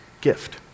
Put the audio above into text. gift